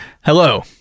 Hello